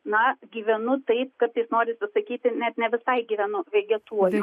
na gyvenu taip kartais norisi atsakyti net ne visai gyvenu vegetuoju